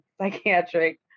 psychiatric